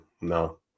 no